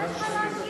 מה יש לך להשיב?